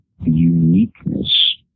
uniqueness